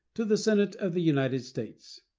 to the senate of the united states